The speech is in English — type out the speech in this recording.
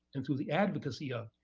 and through the advocacy of,